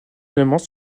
éléments